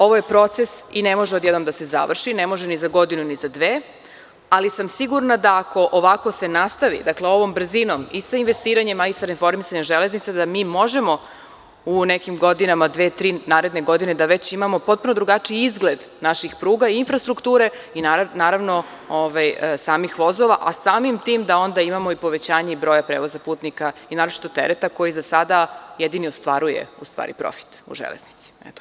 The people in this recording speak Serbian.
Ovo je proces i ne može odjednom da se završi, ne može ni za godinu ni za dve, ali sam sigurna da ako ovako se nastavi, ovom brzinom, i sa investiranjem, a i sa reformisanjem Železnica, da mi možemo u nekim godinama, dve, tri naredne godine da već imamo potpuno drugačiji izgled naših pruga i infrastrukture i samih vozova, a samim tim, da onda imamo i povećanje broja prevoza putnika i naročito tereta, koji za sada jedni ostvaruje profit u železnici.